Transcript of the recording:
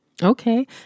Okay